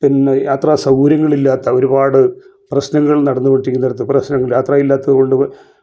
പിന്നെ യാത്രാ സൗകര്യങ്ങൾ ഇല്ലാത്ത ഒരുപാട് പ്രശ്നങ്ങൾ നടന്നോണ്ടിരിക്കുന്ന പ്രശ്നം യാത്ര ഇല്ലാത്തത് കൊണ്ട്